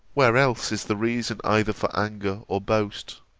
where else is the reason either for anger or boast